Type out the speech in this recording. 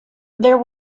there